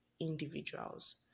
individuals